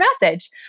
message